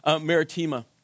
Maritima